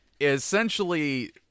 Essentially